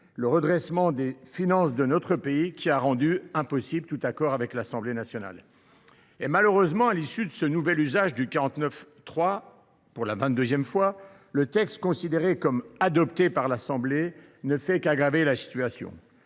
le redressement des finances de notre pays qui a rendu impossible tout accord avec l’Assemblée nationale. Bravo ! Malheureusement, à l’issue de ce nouvel usage du 49.3, pour la vingt deuxième fois, le texte considéré comme adopté par l’Assemblée nationale ne fait qu’aggraver la situation.